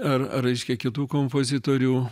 ar raiškia kitų kompozitorių